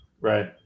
Right